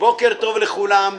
בוקר טוב לכולם.